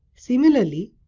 similarly,